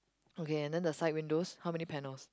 okay and then the side windows how many panels